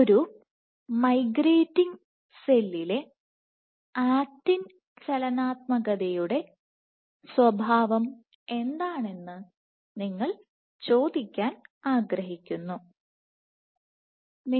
ഒരു മൈഗ്രേറ്റിംഗ് സെല്ലിലെ ആക്റ്റിൻ ചലനാത്മകതയുടെ സ്വഭാവം എന്താണെന്ന് നിങ്ങൾ ചോദിക്കാൻ ആഗ്രഹിക്കുന്നു അല്ലെ